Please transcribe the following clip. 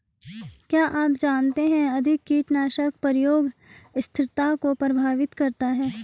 क्या आप जानते है अधिक कीटनाशक प्रयोग स्थिरता को प्रभावित करता है?